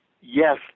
yes